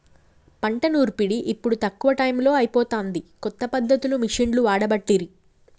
పంట నూర్పిడి ఇప్పుడు తక్కువ టైములో అయిపోతాంది, కొత్త పద్ధతులు మిషిండ్లు వాడబట్టిరి